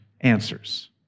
answers